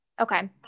Okay